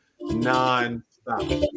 non-stop